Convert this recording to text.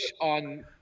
on